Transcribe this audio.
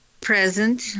Present